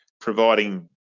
providing